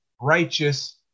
righteous